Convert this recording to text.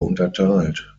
unterteilt